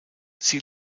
sie